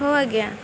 ହଉ ଆଜ୍ଞା